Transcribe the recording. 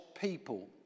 people